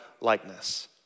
likeness